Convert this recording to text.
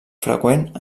freqüent